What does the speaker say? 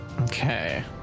Okay